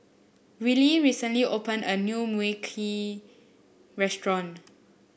Willy recently opened a new Mui Kee restaurant